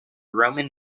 roman